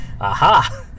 aha